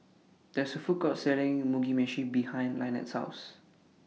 There IS A Food Court Selling Mugi Meshi behind Lynnette's House